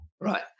Right